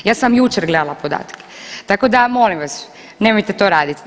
Ja sam jučer gledala podatke, tako da molim vas nemojte to raditi.